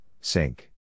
sink